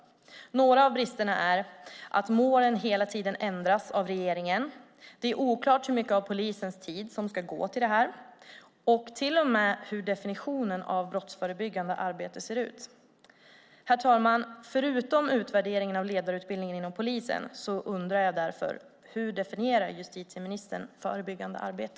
Några av bristerna är att målen hela tiden ändras av regeringen, att det är oklart hur mycket av polisens tid som ska gå till detta och vidare hur definitionen av brottsförebyggande arbete ser ut. Herr talman! Förutom utvärderingen av ledarutbildningen inom polisen undrar jag hur justitieministern definierar förebyggande arbete.